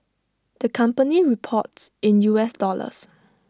the company reports in U S dollars